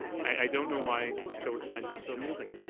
i don't know why mr. till bert finds that so amusing.